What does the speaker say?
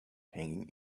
hanging